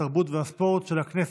התרבות והספורט של הכנסת.